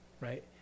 right